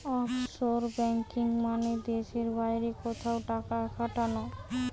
offshore banking মানে দেশের বাইরে কোথাও টাকা খাটানো